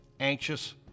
anxious